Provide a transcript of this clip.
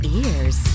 ears